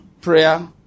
prayer